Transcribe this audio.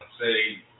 say